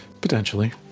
Potentially